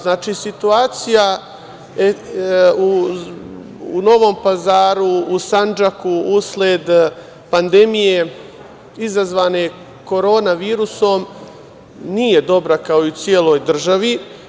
Znači, situacija u Novom Pazaru i Sandžaku, usled pandemije izazvane korona virusom, nije dobra, kao i u celoj državi.